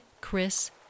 Chris